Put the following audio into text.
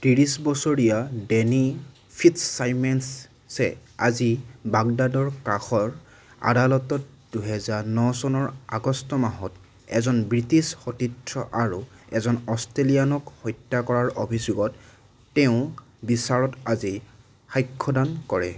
ত্ৰিছ বছৰীয়া ডেনি ফিটজচাইমেন্সে আজি বাগদাদৰ কাষৰ আদালতত দুহেজাৰ ন চনৰ আগষ্ট মাহত এজন ব্ৰিটিছ সতীৰ্থ আৰু এজন অষ্ট্ৰেলিয়ানক হত্যা কৰাৰ অভিযোগত তেওঁক বিচাৰত আজি সাক্ষ্যদান কৰে